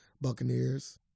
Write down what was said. Buccaneers